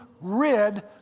rid